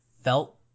felt